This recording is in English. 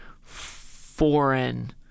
foreign